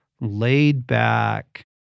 laid-back